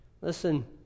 Listen